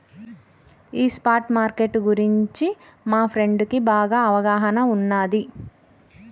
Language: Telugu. ఈ స్పాట్ మార్కెట్టు గురించి మా ఫ్రెండుకి బాగా అవగాహన ఉన్నాది